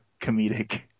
comedic